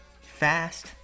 fast